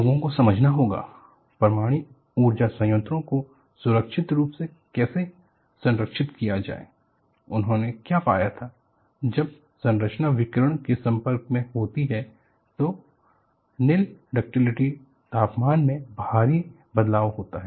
लोगों को समझना होगा परमाणु ऊर्जा संयंत्रों को सुरक्षित रूप से कैसे संरक्षित किया जाए उन्होंने क्या पाया था जब संरचना विकिरण के संपर्क में होती है तो निल डक्टिलिटी तापमान में भारी बदलाव होता है